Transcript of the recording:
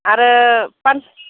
आरो पान